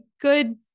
good